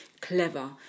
clever